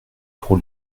pour